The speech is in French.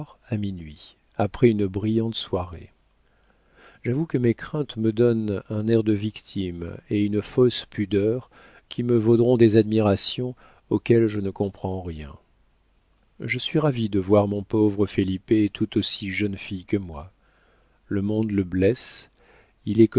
à minuit après une brillante soirée j'avoue que mes craintes me donnent un air de victime et une fausse pudeur qui me vaudront des admirations auxquelles je ne comprends rien je suis ravie de voir mon pauvre felipe tout aussi jeune fille que moi le monde le blesse il